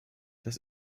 das